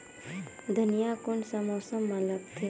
धनिया कोन सा मौसम मां लगथे?